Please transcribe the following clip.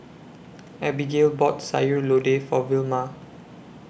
Abigayle bought Sayur Lodeh For Vilma